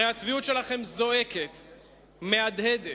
הרי הצביעות שלכם זועקת, מהדהדת